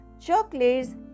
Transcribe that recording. chocolates